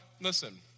listen